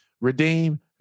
Redeem